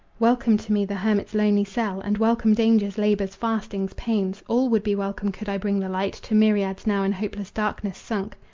welcome to me the hermit's lonely cell, and welcome dangers, labors, fastings, pains all would be welcome could i bring the light to myriads now in hopeless darkness sunk.